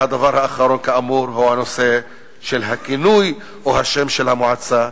והדבר האחרון כאמור הוא הנושא של הכינוי או השם של המועצה.